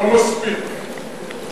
לא מספיק.